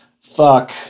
Fuck